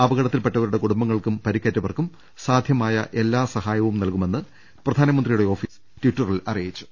അപകടത്തിൽപ്പെട്ടവരുടെ കുടുംബങ്ങൾക്കും പരിക്കേ റ്റവർക്കും സാധ്യമായ എല്ലാ സഹായങ്ങളും നൽകുമെന്ന് പ്രധാനമന്ത്രിയുടെ ഓഫീസ് ടിറ്ററിൽ അറിയിച്ചു